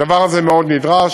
הדבר הזה מאוד נדרש.